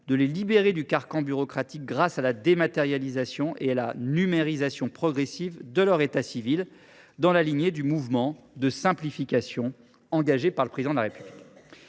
les libérer du carcan bureaucratique grâce à la dématérialisation et à la numérisation progressive de leur état civil, dans la lignée du mouvement de simplification engagé par le Président de la République.